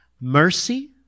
Mercy